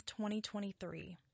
2023